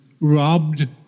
robbed